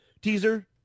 teaser